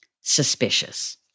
suspicious